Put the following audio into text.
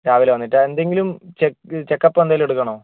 രാവിലെ വന്നിട്ടാ എന്തെങ്കിലും ചെക്ക് ചെക്ക് അപ്പ് എന്തേലും എടുക്കണോ